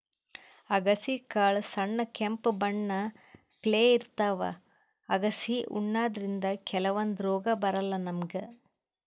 ಅಗಸಿ ಕಾಳ್ ಸಣ್ಣ್ ಕೆಂಪ್ ಬಣ್ಣಪ್ಲೆ ಇರ್ತವ್ ಅಗಸಿ ಉಣಾದ್ರಿನ್ದ ಕೆಲವಂದ್ ರೋಗ್ ಬರಲ್ಲಾ ನಮ್ಗ್